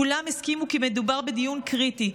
כולם הסכימו כי מדובר בדיון קריטי.